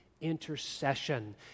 intercession